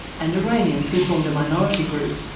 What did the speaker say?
and iranians, who formed a minority group.